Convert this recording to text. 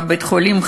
בבית-חולים,